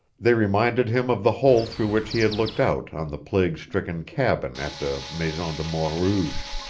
they reminded him of the hole through which he had looked out on the plague-stricken cabin at the maison de mort rouge,